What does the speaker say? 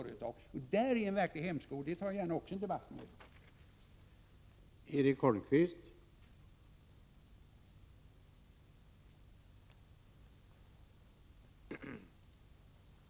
Där 26 mars 1987 finns en verklig hämsko, och om det tar jag också gärna en debatt. KRSESd o LER ln bee